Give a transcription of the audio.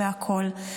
בכול.